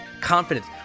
confidence